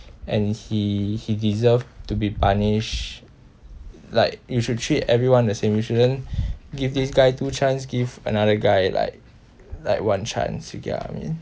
and he he deserve to be punish like you should treat everyone the same you shouldn't give this guy two chance give another guy like like one chance you get what I mean